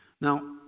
Now